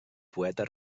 poeta